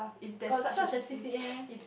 got such a C_C_A meh